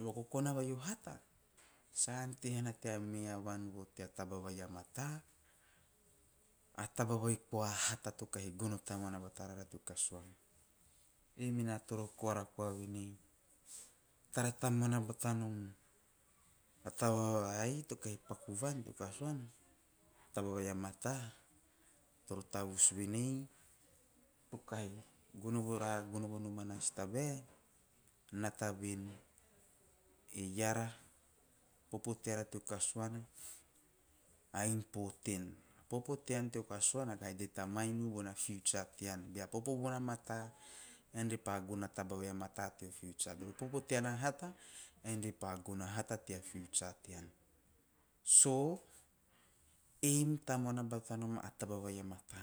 O vakokona vai o hata sa ante hana tea me avan tea taba vai a mata ma taba vai koa ama hata to kahi gono tamuana batanom an teo kasuana ei mena toro koara koa venei tara tamuana batanomm a taba vai to kahi paku van teo kasuana, a taba vai a mata to kahi, tavus venei, to kahi gono minoman a si tabae nata ven eara popo teara teo kasuana a important, popo teara teo kasuana kahi determine bona future tean. Bea popo bona mata ean re pa gono a taba vai a mata teo future tean, bea popo vai a hata ean re pa gono a hata tea, future tean. Aim tamuana batanom a taba vai a mata,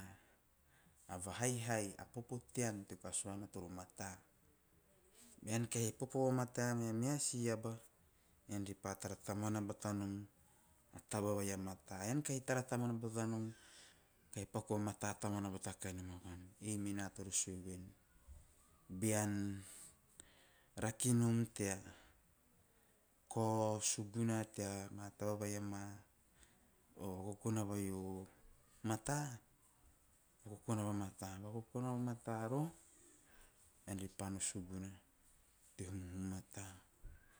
haihai a popo tean teo kasuana toro mata, bean kahi popo vamata mea meha si aba ean pa tara tamuana batanom a taba vai a mata, bean kahi popo vamata mea meha si aba ean pa tara tamuana batanom a taba vai a mata. Ean kahi tara tamuana batanom to kahi paku vamata tamuana bata kanom a van ei mena toro sue bean rakenom tea kao, suguna tea taba vai e ma, o vakokona vai o mata, vakokona vamata. Vakokona vamata roho, ean ri pam a suguna teo mata. Bean mei nom tea paku a tabae toro paku